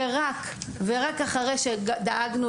ורק אחרי שדאגנו